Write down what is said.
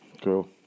Cool